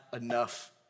enough